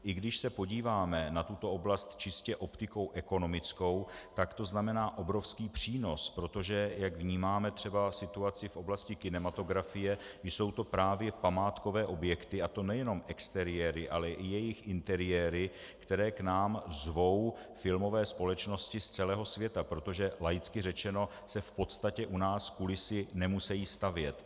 I když se podíváme na tuto oblast čistě optikou ekonomickou, tak to znamená obrovský přínos, protože jak vnímáme třeba situaci v oblasti kinematografie, jsou to právě památkové objekty, a to nejenom exteriéry, ale i jejich interiéry, které k nám zvou filmové společnosti z celého světa, protože laicky řečeno se v podstatě u nás kulisy nemusejí stavět.